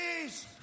Please